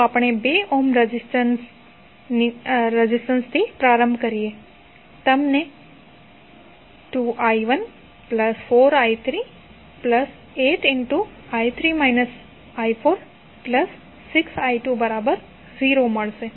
ચાલો આપણે 2 ઓહ્મ રેઝિસ્ટન્સથી પ્રારંભ કરીએ તમને 2i14i386i20 મળશે